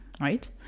right